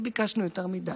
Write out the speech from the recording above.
לא ביקשנו יותר מדי.